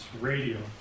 radio